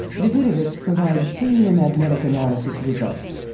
davidovits provides paleo magnetic analysis results.